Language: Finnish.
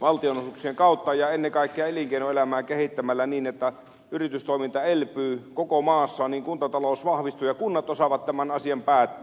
valtionosuuksien kautta ja ennen kaikkea elinkeinoelämää kehittämällä niin että yrityselämä elpyy koko maassa niin kuntatalous vahvistuu ja kunnat osaavat tämän asian päättää